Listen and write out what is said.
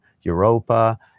Europa